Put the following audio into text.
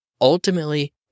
Ultimately